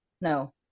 no